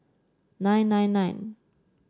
nine nine nine